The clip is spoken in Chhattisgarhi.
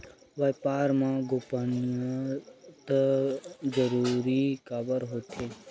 व्यापार मा गोपनीयता जरूरी काबर हे?